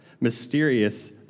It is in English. mysterious